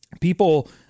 people